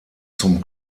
zum